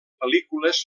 pel·lícules